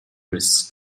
risks